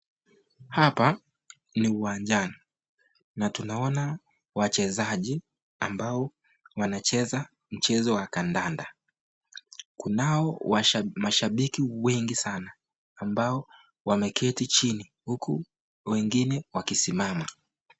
Hapa ni uwanjani na tunaona wachezaji ambao wanacheza mchezo wa kandanda. Kunao mashabiki wengi sana ambao wameketi chini huku wengine wakisimama.